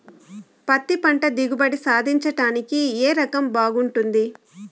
పత్తి పంట దిగుబడి సాధించడానికి ఏ రకం బాగుంటుంది?